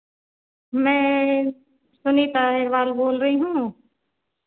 मैं सुनिता अग्रवाल बोल रही हूँ